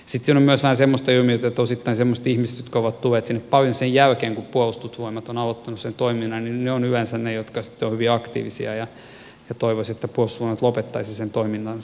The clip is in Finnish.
sitten siinä on myös vähän semmoista ilmiötä että osittain semmoiset ihmiset jotka ovat tulleet sinne paljon sen jälkeen kun puolustusvoimat on aloittanut sen toiminnan ovat yleensä niitä jotka ovat hyvin aktiivisia ja toivoisivat että puolustusvoimat lopettaisi sen toimintansa